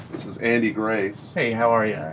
this is andy grace hey, how are yeah